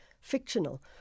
fictional